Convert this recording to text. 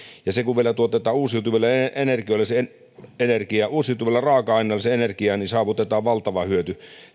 kun se energia vielä tuotetaan uusiutuvilla energioilla uusiutuvilla raaka aineilla niin saavutetaan valtava hyöty